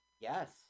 Yes